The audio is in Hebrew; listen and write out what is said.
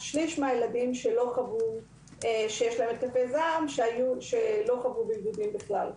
שליש מהילדים יש להם התקפי זעם ולא חוו בידודים בכלל.